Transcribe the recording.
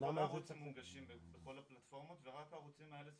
כל הערוצים מונגשים בכל הפלטפורמות ורק הערוצים האלה,